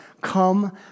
come